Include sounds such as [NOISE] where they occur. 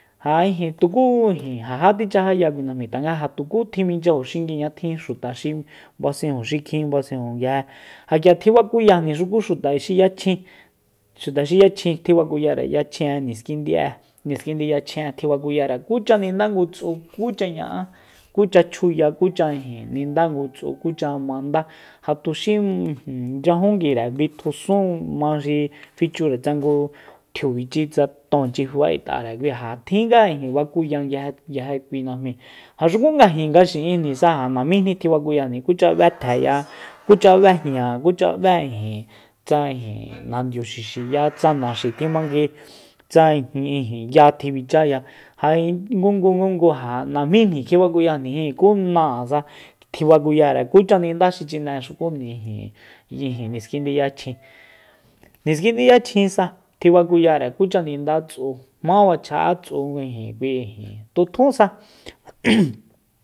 Ja ijin tuku ja ja tichajaya kui najmi tanga ja tuku tjiminchyajo xinguiñatjin xuta xi basenju xikjin basenju nguije ja k'ia tjibakuyajni xuku xuta xi yachjin xuta xi yachjin tjibakuyare yachjin'e niskindi'e niskindi yachjin'e tjibakuyare kucha ninda ngu tsu kucha ña'a kucha chjuya kucha ijin ninda ngu tsu kucha manda ja tuxi ijin nchyajun nguire bitjusun maxi fichure tsa ngu tjiub'ichi tsa tonchi fa'e'tare ja tjin ga bakuya nguije- nguije kui najmi ja xuku nga jin nga xi'ijnisa ja namíjni tjibakuyajni kucha b'e tjeya kucha b'ejña kucha b'e ijin tasa ijin nandiu xixiya tsa naxi tjimangui tsa ya tjibichaya ja ngungungungu ja namíjni kjibakuyajnijin ku náasa kjibakuyare kucha ninda xi chine ijin niskindi yachjin niskindi yachjinsa tjibakuyare kucha ninda tsu jmá facha'a tsu ijin kui ijin tutjunsa [NOISE]